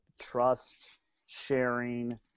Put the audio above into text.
trust-sharing